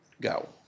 go